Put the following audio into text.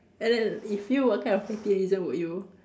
and then if you what kind of petty reason would you